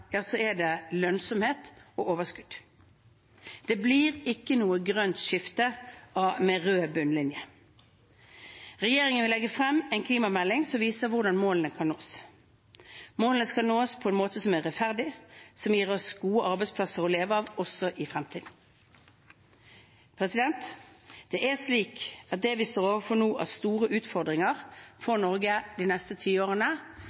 er det lønnsomhet og overskudd. Det blir ikke noe grønt skifte med rød bunnlinje. Regjeringen vil legge frem en klimamelding som viser hvordan målene kan nås. Målene skal nås på en måte som er rettferdig og gir oss gode arbeidsplasser å leve av også i fremtiden. Det er slik at det vi står overfor nå av store utfordringer for Norge de neste tiårene,